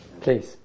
Please